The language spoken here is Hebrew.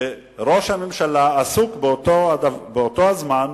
שראש הממשלה עסוק באותו הזמן